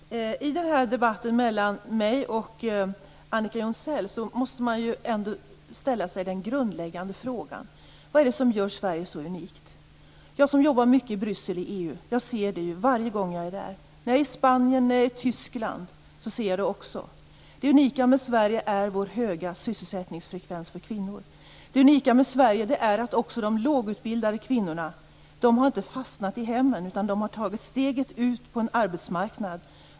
Herr talman! I den här debatten mellan mig och Annika Jonsell måste man ställa sig den grundläggande frågan, nämligen vad det är som gör Sverige så unikt. Jag som jobbar mycket i EU i Bryssel ser det varje gång jag är där. När jag är i Spanien och Tyskland ser jag det också. Det unika med Sverige är vår höga sysselsättningsfrekvens för kvinnor. Det unika med Sverige är att de lågutbildade kvinnorna inte har fastnat i hemmen. De har tagit steget ut på arbetsmarknaden.